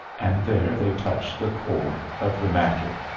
and there they touch the core of the matter.